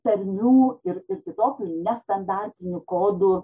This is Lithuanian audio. tarmių ir ir kitokių nestandartinių kodų